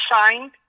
signed